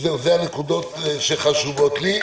אלה הנקודות שחשובות לי.